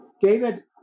David